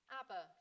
Abba